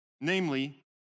namely